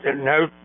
no